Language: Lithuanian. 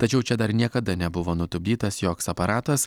tačiau čia dar niekada nebuvo nutupdytas joks aparatas